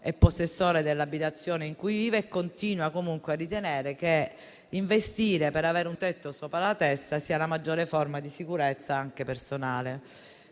è possessore dell'abitazione in cui vive e continua comunque a ritenere che investire per avere un tetto sopra la testa sia la maggiore forma di sicurezza, anche personale.